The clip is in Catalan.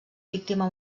víctima